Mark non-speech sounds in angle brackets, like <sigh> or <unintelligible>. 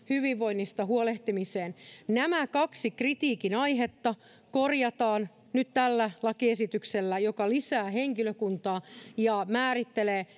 <unintelligible> hyvinvoinnista huolehtimiseen nämä kaksi kritiikin aihetta korjataan nyt tällä lakiesityksellä joka lisää henkilökuntaa ja määrittelee <unintelligible>